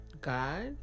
God